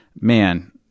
man